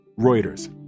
Reuters